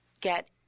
get